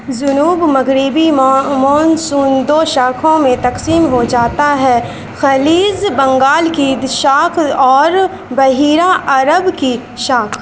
جنوب مغربی مونسون دو شاخوں میں تقسیم ہو جاتا ہے خلیج بنگال کی شاخ اور بحیرہ عرب کی شاخ